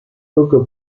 hugo